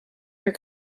your